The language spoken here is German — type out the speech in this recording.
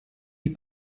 die